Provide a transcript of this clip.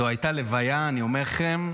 זו הייתה לוויה, אני אומר לכם,